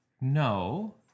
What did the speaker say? No